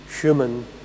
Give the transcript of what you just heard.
human